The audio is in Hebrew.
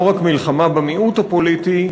לא רק מלחמה במיעוט הפוליטי,